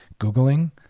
Googling